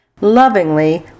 lovingly